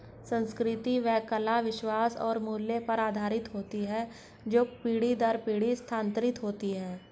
संस्कृति एवं कला विश्वास और मूल्य पर आधारित होती है जो पीढ़ी दर पीढ़ी स्थानांतरित होती हैं